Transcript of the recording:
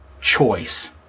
choice